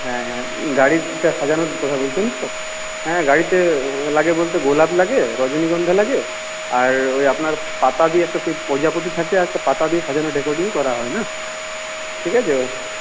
হ্যাঁ হ্যাঁ গাড়িটা সাজানোর কথা বলছেন তো হ্যাঁ গাড়িতে লাগে বলতে গোলাপ লাগে রজনীগন্ধা লাগে আর ওই আপনার পাতা দিয়ে একটা সেই প্রজাপতি থাকে আর একটা পাতা দিয়ে সাজানো ডেকরেটিং করা হয় না ঠিক আছে